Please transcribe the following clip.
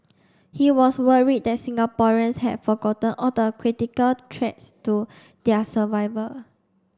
he was worried that Singaporeans had forgotten all the critical threats to their survival